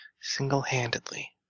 single-handedly